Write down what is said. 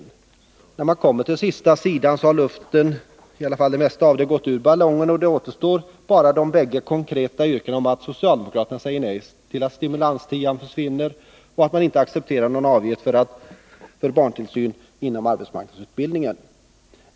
När man Torsdagen den kommer till sista sidan har det mesta av luften gått ur ballongen, och det 4 december 1980 återstår bara de bägge konkreta yrkandena om att socialdemokraterna säger nej till att stimulanstian skall försvinna och att man inte accepterar någon Besparingar i avgift för barntillsyn genom arbetsmarknadsutbildningen.